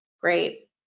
Great